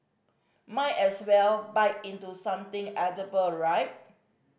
might as well bite into something edible right